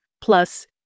plus